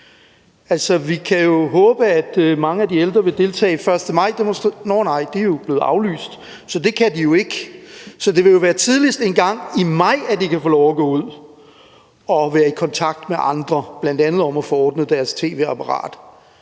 vi kan jo håbe, at mange af de ældre vil deltage i 1. maj-demonstrationer ... nå, nej, de er jo blevet aflyst, så det kan de ikke. Så det vil jo tidligst være engang i maj, at de kan få lov at gå ud og være i kontakt med andre, bl.a. om at få ordnet deres tv-apparat,